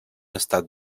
estat